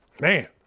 man